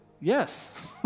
Yes